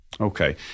Okay